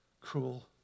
cruel